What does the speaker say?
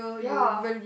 ya